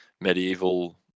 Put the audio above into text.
medieval